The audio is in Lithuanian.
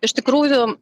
iš tikrųjų